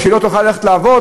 או שהיא לא תוכל ללכת לעבוד.